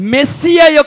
Messiah